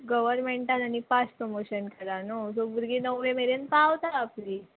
गवरमेंटान आनी past promotion करा न्हू सो भुरगीं णवे मेरेन पावता आपली